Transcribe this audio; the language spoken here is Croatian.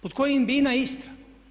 Pod kojim BINA ISTRA?